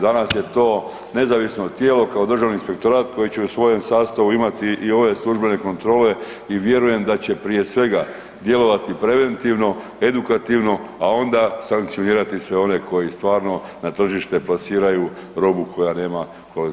Danas je to nezavisno tijelo kao Državni inspektorat koji će u svojem sastavu imati i ove službene kontrole i vjerujem da će, prije svega, djelovati preventivno, edukativno, a onda sankcionirati sve oni koji stvarno na tržište plasiraju robu koja nema kvalitetu.